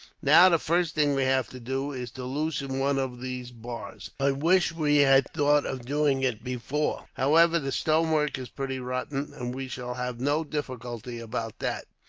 now the first thing we have to do is to loosen one of these bars. i wish we had thought of doing it before. however, the stonework is pretty rotten, and we shall have no difficulty about that.